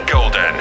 Golden